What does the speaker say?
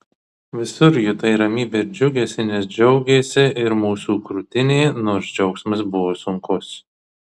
visur jutai ramybę ir džiugesį nes džiaugėsi ir mūsų krūtinė nors džiaugsmas buvo sunkus